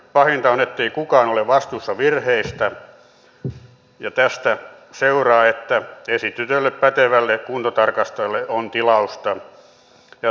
pahinta on ettei kukaan ole vastuussa virheistä ja tästä seuraa että esitetylle pätevälle kuntotarkastajalle on tilausta